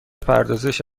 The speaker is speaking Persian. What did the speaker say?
پردازش